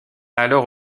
alors